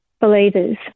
believers